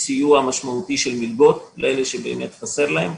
מסיוע משמעותי של מלגות לכאלה שבאמת חסר להם,